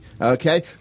Okay